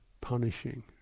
punishing